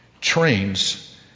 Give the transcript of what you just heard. trains